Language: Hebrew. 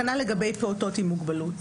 כנ"ל לגבי פעוטות עם מוגבלות,